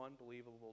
unbelievable